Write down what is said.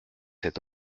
cet